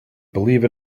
believe